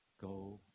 go